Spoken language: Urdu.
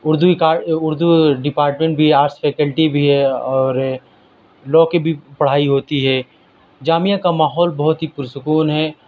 اردو اکاڈ اردو ڈیپارٹمنٹ بھی ہے آرٹس فکیلٹی بھی ہے اور لا کی بھی پڑھائی ہوتی ہے جامعہ کا ماحول بہت ہی پرسکون ہے